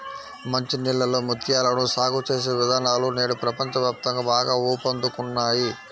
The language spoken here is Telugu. మంచి నీళ్ళలో ముత్యాలను సాగు చేసే విధానాలు నేడు ప్రపంచ వ్యాప్తంగా బాగా ఊపందుకున్నాయి